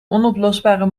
onoplosbare